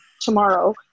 tomorrow